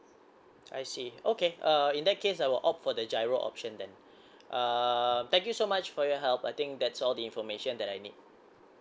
I see okay uh in that case I will opt for the GIRO option then um thank you so much for your help I think that's all the information that I need